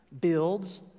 builds